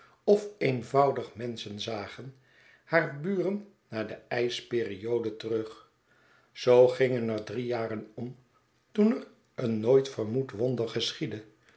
of eenvoudig menschen zagen haar buren naar de ijsperiode terug zoo gingen er drie jaren om toen er een nooit vermoed wonder geschiedde